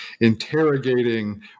interrogating